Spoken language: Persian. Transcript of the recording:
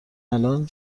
الان